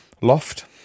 Loft